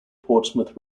portsmouth